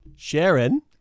Sharon